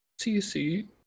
CC